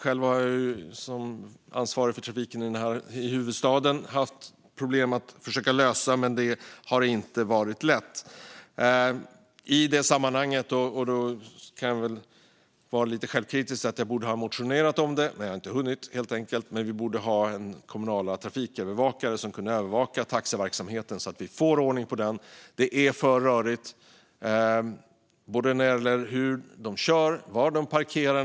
Jag har själv som ansvarig för trafiken i huvudstaden försökt lösa problemen, men det har inte varit lätt. I detta sammanhang kan jag vara lite självkritisk och säga att jag borde ha motionerat om det, men jag har helt enkelt inte hunnit. Vi borde ha kommunala trafikövervakare som kan övervaka taxiverksamheten så att vi får ordning på den. Det är för rörigt när det gäller både hur man kör och var man parkerar.